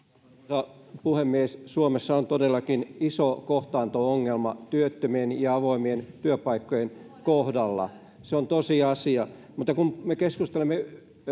arvoisa puhemies suomessa on todellakin iso kohtaanto ongelma työttömien ja avoimien työpaikkojen kohdalla se on tosiasia mutta kun me keskustelemme